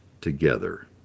together